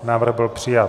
Návrh byl přijat.